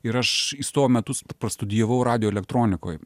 ir aš įstojau metus prastudijavau radijo elektronikoj